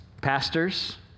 pastors